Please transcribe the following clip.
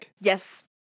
Yes